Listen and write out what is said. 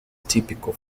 typical